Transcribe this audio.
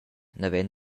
naven